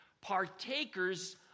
partakers